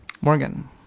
Morgan